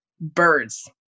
birds